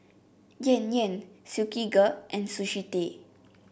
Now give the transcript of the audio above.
Yan Yan Silkygirl and Sushi Tei